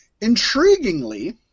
Intriguingly